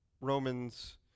Romans